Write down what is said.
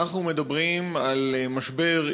אנחנו מדברים על משבר,